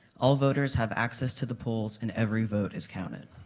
all voters have access to the polls and every vote is counted.